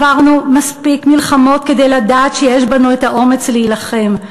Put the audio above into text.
עברנו מספיק מלחמות כדי לדעת שיש בנו האומץ להילחם.